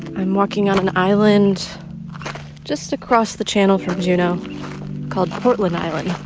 i'm walking on an island just across the channel from juneau called portland island